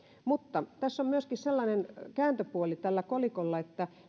mutta tällä kolikolla on myöskin sellainen kääntöpuoli että